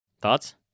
Thoughts